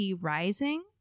Rising